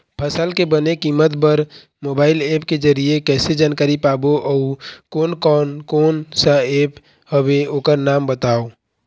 फसल के बने कीमत बर मोबाइल ऐप के जरिए कैसे जानकारी पाबो अउ कोन कौन कोन सा ऐप हवे ओकर नाम बताव?